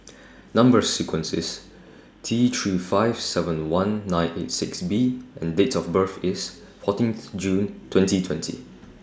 Number sequence IS T three five seven one nine eight six B and Date of birth IS fourteenth June twenty twenty